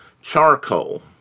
charcoal